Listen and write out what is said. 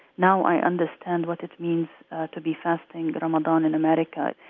now i understand what it means to be fasting but ramadan in america.